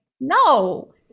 no